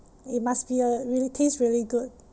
it must be a really taste really good